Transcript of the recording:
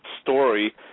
story